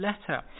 letter